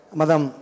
madam